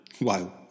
Wow